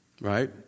right